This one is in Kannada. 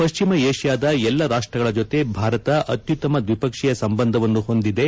ಪಶ್ಚಿಮ ಏಷ್ಯಾದ ಎಲ್ಲಾ ರಾಷ್ಷಗಳ ಜತೆ ಭಾರತ ಅತ್ಯುತ್ತಮ ದ್ವಿಪಕ್ಷೀಯ ಸಂಬಂಧವನ್ನು ಹೊಂದಿದೆ